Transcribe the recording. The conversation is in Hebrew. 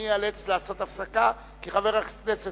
אני איאלץ לעשות הפסקה כי חבר הכנסת